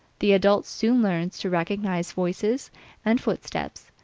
the adult soon learns to recognize voices and footsteps,